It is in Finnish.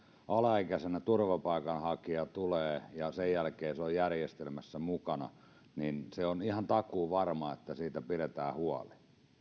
alaikäisenä turvapaikanhakija tulee ja sen jälkeen hän on järjestelmässä mukana niin on ihan takuuvarma että hänestä pidetään huoli